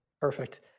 Perfect